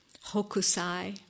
Hokusai